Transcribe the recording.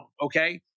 Okay